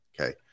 okay